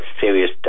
serious